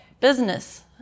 business